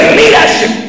leadership